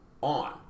on